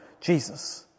Jesus